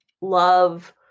love